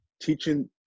teaching